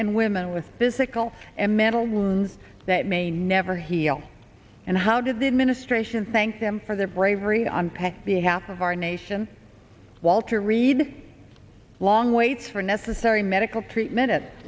and women with physical and mental wounds that may never heal and how did the administration thank them for their bravery on pech behalf of our nation walter reed long waits for necessary medical treatment